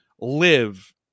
live